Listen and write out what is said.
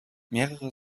mehrere